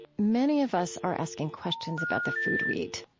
many of us are asking questions about the food we eat.